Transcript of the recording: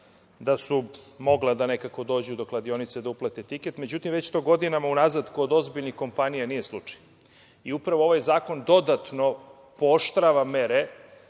da su mogla da nekako dođu do kladionice da uplate tiket.Međutim, već to godinama unazad kod ozbiljnih kompanija, nije slučaj. Upravo ovaj zakon dodatno pooštrava mere